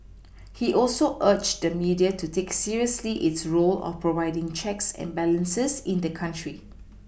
he also urged the media to take seriously its role of providing checks and balances in the country